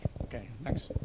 okay, thanks.